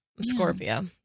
Scorpio